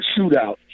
shootout